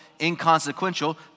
inconsequential